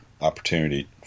opportunity